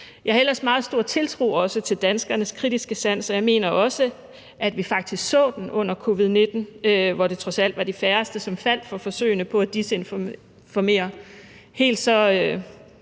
Jeg har ellers meget stor tiltro til danskernes kritiske sans, og jeg mener også, at vi faktisk så den under covid-19-epidemien, hvor det trods alt var de færreste, som faldt for forsøgene på at desinformere.